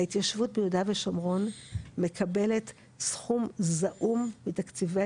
ההתיישבות ביהודה ושומרון מקבלת סכום זעום מתקציבי